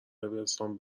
دبیرستان